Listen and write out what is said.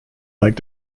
like